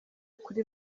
kuri